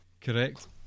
Correct